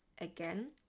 again